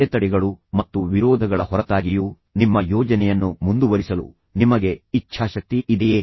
ಅಡೆತಡೆಗಳು ಮತ್ತು ವಿರೋಧಗಳ ಹೊರತಾಗಿಯೂ ನಿಮ್ಮ ಯೋಜನೆಯನ್ನು ಮುಂದುವರಿಸಲು ನಿಮಗೆ ಇಚ್ಛಾಶಕ್ತಿ ಇದೆಯೇ